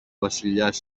βασιλιάς